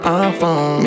iPhone